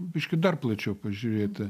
biškį dar plačiau pažiūrėti